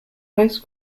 post